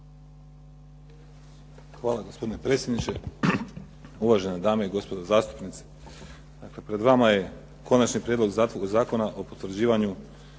Hvala gospodine predsjedniče. Uvažene dame i gospodo zastupnici. Dakle, pred vama je Konačni prijedlog Zakona o potvrđivanju